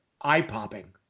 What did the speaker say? eye-popping